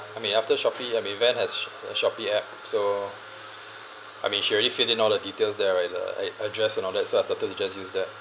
I mean after Shopee I mean van has sh~ a Shopee app so I mean she already fit in all the details there already the a~ address and all that so I started to just use that